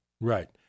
Right